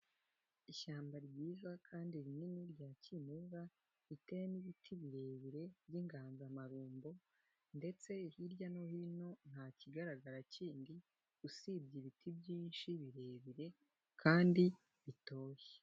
Ishyamba ryiza kandi rinini rya kimeza riteyemo ibiti birebire by'inganzamarumbo ndetse hirya no hino ntakigaragara kindi usibye ibiti byinshi birebire kandi bitoshye.